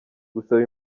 gusaba